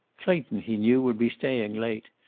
clayton, he knew, would be staying late,